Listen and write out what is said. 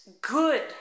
good